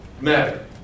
matter